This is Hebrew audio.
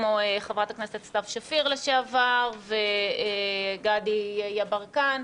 כמו חברת הכנסת סתיו שפיר לשעבר וגדי יברקן,